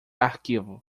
arquivo